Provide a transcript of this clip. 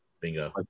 bingo